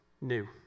New